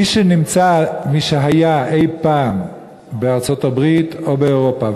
מי שהיה אי-פעם בארצות-הברית או באירופה,